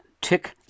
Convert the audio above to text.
Tick